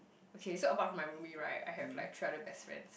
okay so apart from my roomie right I have like three other best friend